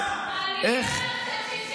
איך?